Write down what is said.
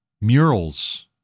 murals